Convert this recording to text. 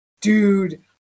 Dude